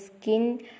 skin